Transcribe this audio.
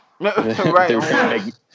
Right